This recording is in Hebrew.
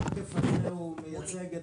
השקף השני מייצג את